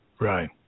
Right